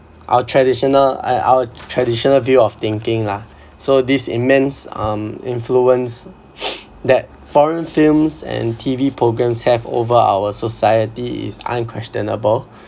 our traditional I our traditional view of thinking lah so this immense um influence that foreign films and T_V programmes have over our society is unquestionable